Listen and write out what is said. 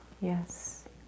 Yes